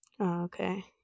Okay